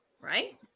Right